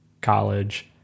college